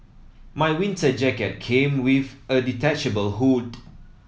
my winter jacket came with a detachable hood